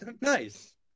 Nice